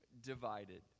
divided